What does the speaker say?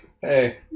Hey